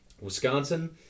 Wisconsin